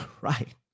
Right